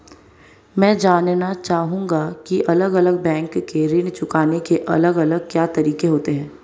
मैं जानना चाहूंगा की अलग अलग बैंक के ऋण चुकाने के अलग अलग क्या तरीके होते हैं?